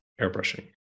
airbrushing